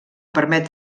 permet